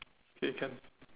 okay can